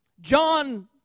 John